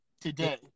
today